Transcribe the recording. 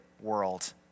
world